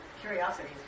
curiosity